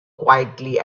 quietly